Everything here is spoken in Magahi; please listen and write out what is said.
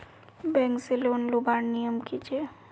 बैंक से लोन लुबार नियम की छे?